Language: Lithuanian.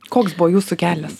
koks buvo jūsų kelias